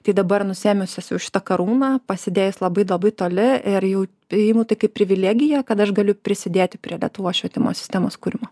tai dabar nusiėmus esu šitą karūną pasidėjus labai labai toli ir jau priimu tai kaip privilegiją kad aš galiu prisidėti prie lietuvos švietimo sistemos kūrimo